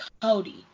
Cody